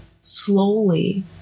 slowly